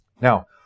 Now